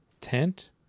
tent